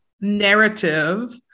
narrative